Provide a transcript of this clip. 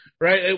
right